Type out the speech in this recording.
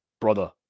Brother